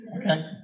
Okay